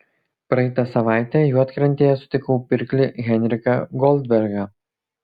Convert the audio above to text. praeitą savaitę juodkrantėje sutikau pirklį henriką goldbergą